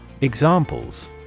Examples